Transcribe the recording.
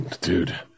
Dude